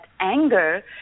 anger